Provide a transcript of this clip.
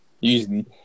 usually